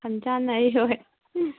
ꯈꯟꯖꯥꯅꯔꯤ ꯍꯣꯏ